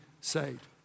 saved